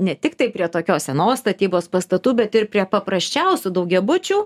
ne tiktai prie tokios senos statybos pastatų bet ir prie paprasčiausių daugiabučių